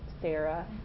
Sarah